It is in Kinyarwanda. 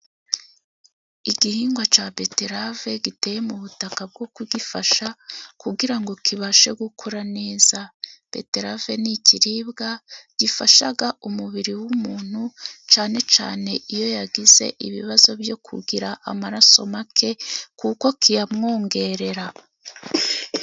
Igihingwa cya beterave giteye mu butaka bwo kugifasha kugira ngo kibashe gukura neza. Beterave ni ikiribwa gifasha umubiri w'umuntu cyane cyane iyo yagize ibibazo byo kugira amaraso make kuko kiyamwongerera.